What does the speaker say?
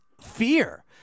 fear